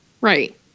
Right